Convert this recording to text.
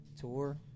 tour